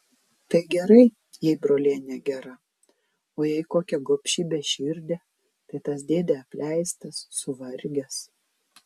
tai gerai jei brolienė gera o jei kokia gobši beširdė tai tas dėdė apleistas suvargęs